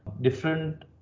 different